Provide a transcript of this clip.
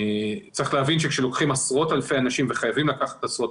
צריך להבין שכאשר לוקחים עשרות אלפי אנשים וחייבים לקחת עשרות